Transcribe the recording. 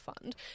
Fund